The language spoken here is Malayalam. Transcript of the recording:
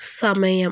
സമയം